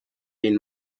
این